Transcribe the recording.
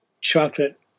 chocolate